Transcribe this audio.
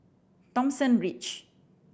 Thomson Ridge